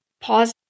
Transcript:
pause